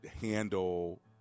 handle